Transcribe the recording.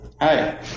Hi